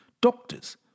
doctors